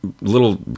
little